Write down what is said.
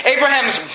Abraham's